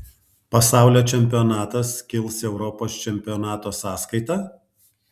pasaulio čempionatas kils europos čempionato sąskaita